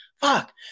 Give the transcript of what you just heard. Fuck